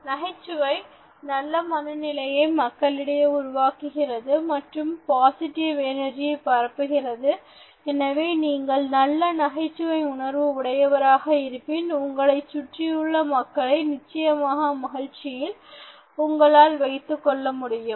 நகைச்சுவை நல்ல மனநிலையை மக்களிடையே உருவாக்குகிறது மற்றும் பாஸிட்டிவ் எனர்ஜி பரப்புகிறது எனவே நீங்கள் நல்ல நகைச்சுவை உணர்வு உடையவராக இருப்பின் உங்களைச் சுற்றியுள்ள மக்களை நிச்சயமாக மகிழ்ச்சியில் உங்களால் வைத்துக்கொள்ள முடியும்